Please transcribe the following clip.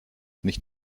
nicht